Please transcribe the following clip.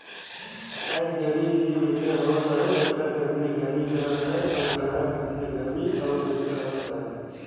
आएज गरमी दिने बरिखा होवत अहे बरिखा कर दिने गरमी करत अहे अउ जड़हा कर दिने गरमी अउ बरिखा होवत अहे